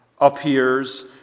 appears